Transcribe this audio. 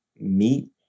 Meet